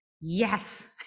yes